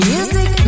Music